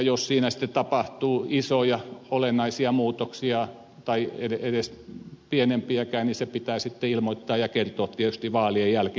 jos siinä sitten tapahtuu isoja olennaisia muutoksia tai edes pienempiäkään se pitää sitten ilmoittaa ja tietysti kertoa vaalien jälkeen